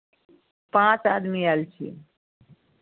पाँच आदमी आयल छियै